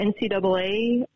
NCAA